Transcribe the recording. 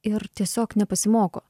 ir tiesiog nepasimoko